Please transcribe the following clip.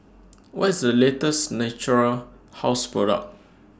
What IS The latest Natura House Product